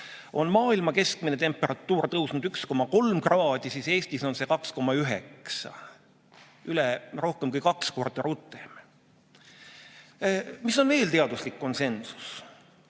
on maailma keskmine temperatuur tõusnud 1,3 kraadi, aga Eestis on see [tõusnud] 2,9 – rohkem kui kaks korda rutem. Mis on veel teaduslik konsensus?